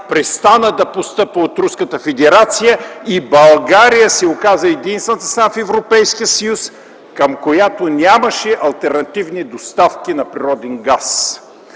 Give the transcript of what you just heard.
престана да постъпва от Руската федерация и България се оказа единствената страна в Европейския съюз, към която нямаше алтернативни доставки на природен газ.